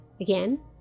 Again